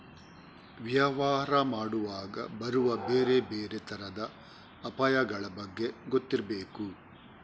ವ್ಯವಹಾರ ಮಾಡುವಾಗ ಬರುವ ಬೇರೆ ಬೇರೆ ತರದ ಅಪಾಯಗಳ ಬಗ್ಗೆ ಗೊತ್ತಿರ್ಬೇಕು